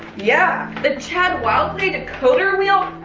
yeah. the chad wild clay decoder wheel,